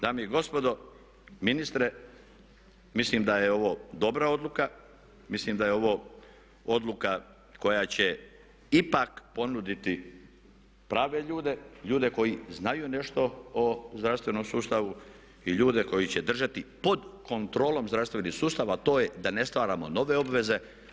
Dame i gospodo, ministre mislim da je ovo dobra odluka, mislim da je ovo odluka koja će ipak ponuditi prave ljude, ljude koji znaju nešto o zdravstvenom sustavu i ljude koji će držati pod kontrolom zdravstveni sustav a to je da ne stvaramo nove obveze.